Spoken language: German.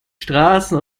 straßen